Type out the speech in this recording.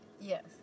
Yes